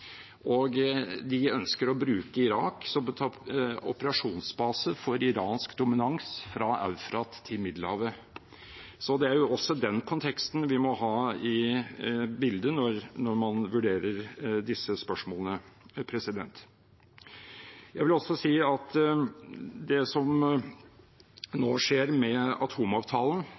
og de ønsker å bruke Irak som operasjonsbase for iransk dominans fra Eufrat til Middelhavet. Så det er jo også den konteksten man må ha i minne når man vurderer disse spørsmålene. Når det gjelder det som nå skjer med atomavtalen,